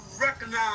recognize